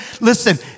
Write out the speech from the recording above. Listen